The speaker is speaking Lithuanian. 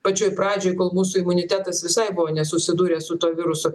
pačioj pradžioj kol mūsų imunitetas visai buvo nesusidūręs su tuo virusu